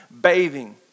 bathing